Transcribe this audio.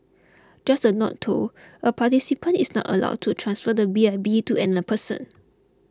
just a note though a participant is not allowed to transfer the B I B to an a person